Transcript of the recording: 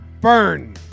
burn